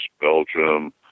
Belgium